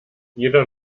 jeder